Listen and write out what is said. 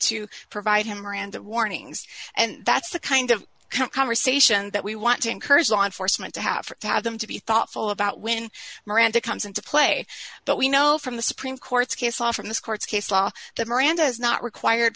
to provide him miranda warnings and that's the kind of conversation that we want to encourage law enforcement to have to have them to be thoughtful about when miranda comes into play but we know from the supreme court's case law from this court's case law that miranda is not required